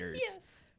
Yes